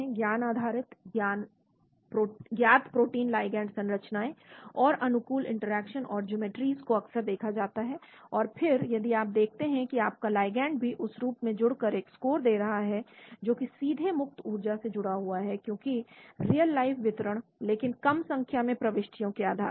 ज्ञान आधारित ज्ञात प्रोटीन लिगैंड संरचनाएं और अनुकूल इंटरेक्शन और ज्योमेट्री को अक्सर देखा जाता है और फिर यदि आप देखते हैं कि आपका लिगैंड भी उस रूप में जुड़कर एक स्कोर दे रहा है जो कि सीधे मुक्त ऊर्जा से जुड़ा हुआ है क्योंकि रियल लाइफ वितरण लेकिन कम संख्या में प्रविष्टियों के आधार पर